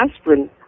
aspirin